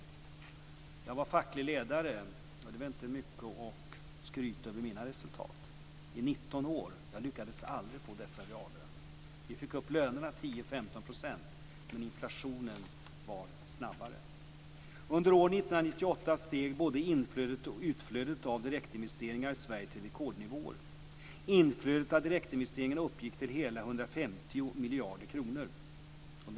Jag har varit facklig ledare i 19 år, men jag har inte mycket att skryta över när det gäller mina resultat. Jag lyckades aldrig få upp reallönerna så högt. Vi fick upp lönerna 10-15 %, men inflationen var snabbare. Under 1998 steg både inflödet och utflödet av direktinvesteringar i Sverige till rekordnivåer. Inflödet av direktinvesteringar uppgick till hela 150 miljarder kronor.